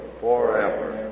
forever